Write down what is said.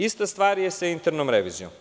Ista stvar je i sa internom revizijom.